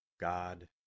God